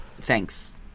Thanks